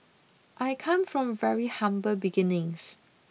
I come from very humble beginnings